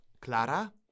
Clara